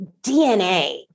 DNA